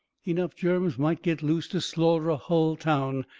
enough germs might get loose to slaughter a hull town.